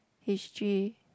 history